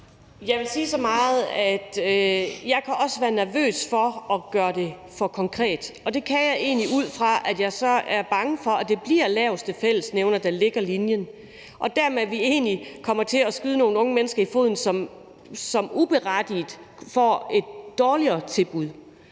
Jeg vil sige så meget, at jeg også kan være nervøs for at gøre det for konkret. Og det kan jeg egentlig ud fra, at jeg så er bange for, at det bliver laveste fællesnævner, der lægger linjen, og at vi dermed egentlig kommer til at skyde os selv i foden i forhold til nogle unge mennesker, som uberettiget får et dårligere tilbud.